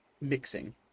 mixing